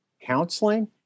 counseling